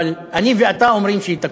אבל אני ואתה אומרים שהיא תקום.